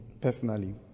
personally